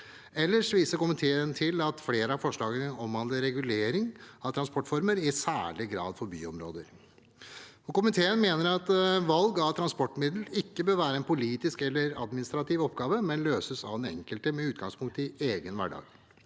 Ellers viser komiteen til at flere av forslagene omhandler regulering av transportformer, i særlig grad for byområder. Komiteen mener at valg av transportmiddel ikke bør være en politisk eller administrativ oppgave, men løses av den enkelte med utgangspunkt i egen hverdag.